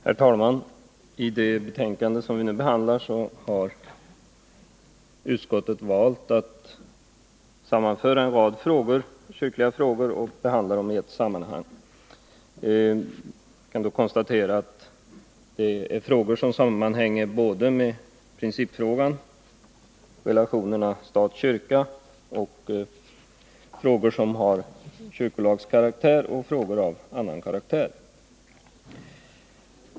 Herr talman! I det betänkande som vi nu behandlar har utskottet valt att sammanföra en rad kyrkliga spörsmål och behandla dem i ett sammanhang. Vi kan konstatera att det är ärenden som sammanhänger med principfrågan om relationerna stat-kyrka, angelägenheter av kyrkolagskaraktär samt spörsmål av annan karaktär.